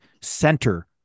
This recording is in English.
center